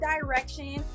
direction